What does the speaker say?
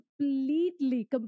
completely